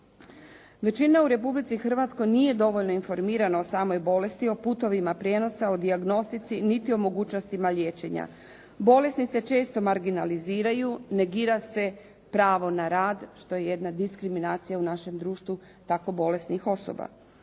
Većina u Republici Hrvatskoj nije dovoljno informirana o samoj bolesti, o putovima prijenosa, o dijagnostici, niti o mogućnostima liječenja. Bolesni se često marginaliziraju, negira se pravo na rad što je jedna diskriminacija u našem društvu tako bolesnih osoba.